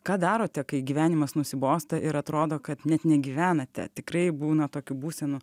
ką darote kai gyvenimas nusibosta ir atrodo kad net negyvenate tikrai būna tokių būsenų